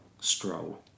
stroll